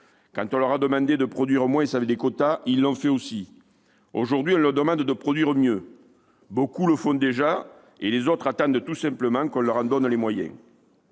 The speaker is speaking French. Quand on leur a demandé de produire moins avec les quotas, ils l'ont fait aussi. Aujourd'hui, on leur demande de produire mieux. Beaucoup le font déjà, et les autres attendent tout simplement qu'on leur en donne les moyens.